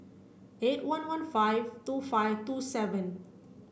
eight one one five two five two seven